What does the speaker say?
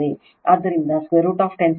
ಆದ್ದರಿಂದ ಇದು mod 10 j 20 ಆಗಿರುತ್ತದೆ